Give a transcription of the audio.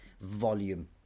volume